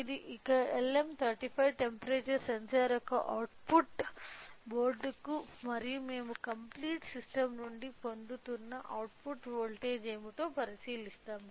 ఈ LM35 temperature sensor యొక్క output బోర్డుకి మరియు మేము కంప్లీట్ సిస్టం నుండి పొందుతున్న అవుట్పుట్ వోల్టేజ్ ఏమిటో పరిశీలిస్తాము